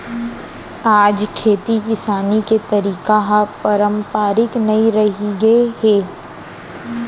आज खेती किसानी के तरीका ह पारंपरिक नइ रहिगे हे